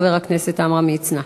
חבר הכנסת עמרם מצנע.